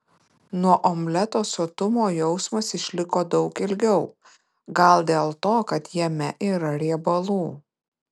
nuo omleto sotumo jausmas išliko daug ilgiau gal dėl to kad jame yra riebalų